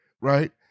Right